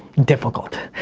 difficult.